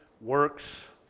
works